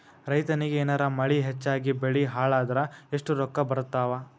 ರೈತನಿಗ ಏನಾರ ಮಳಿ ಹೆಚ್ಚಾಗಿಬೆಳಿ ಹಾಳಾದರ ಎಷ್ಟುರೊಕ್ಕಾ ಬರತ್ತಾವ?